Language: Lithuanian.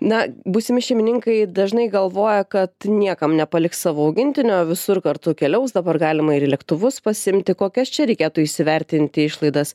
na būsimi šeimininkai dažnai galvoja kad niekam nepaliks savo augintinio visur kartu keliaus dabar galima ir į lėktuvus pasiimti kokias čia reikėtų įsivertinti išlaidas